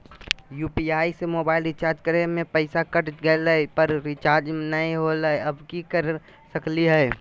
UPI से mobile recharge करे में पैसा कट गेलई, पर रिचार्ज नई होलई, अब की कर सकली हई?